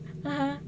(uh huh)